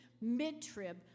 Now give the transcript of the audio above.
mid-trib